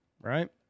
right